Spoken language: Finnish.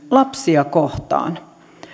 lapsia kohtaan